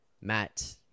Matt